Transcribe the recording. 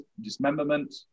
dismemberment